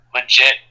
legit